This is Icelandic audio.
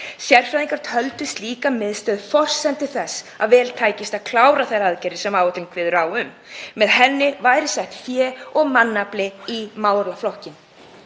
Sérfræðingar töldu slíka miðstöð forsendu þess að vel tækist að klára þær aðgerðir sem áætlunin kveður á um. Með henni væri fé og mannafli settur í málaflokkinn.